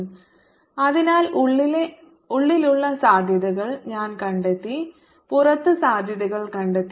Vrr2ρdr0rr≥r rρdr0r≤r അതിനാൽ ഉള്ളിലുള്ള സാധ്യതകൾ ഞാൻ കണ്ടെത്തി പുറത്ത് സാധ്യതകൾ കണ്ടെത്തി